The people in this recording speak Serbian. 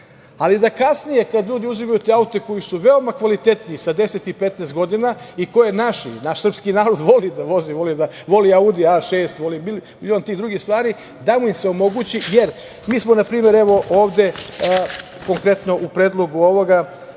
Ali, da kasnije kad ljudi uzimaju te aute koji su veoma kvalitetni sa 10 i 15 godina i koje je naš, naš srpski narod voli da vozi, voli Audi A6, milion tih drugih stvari, da im se omogući, jer mi smo, na primer evo ovde konkretno u predlogu ovoga